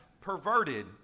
perverted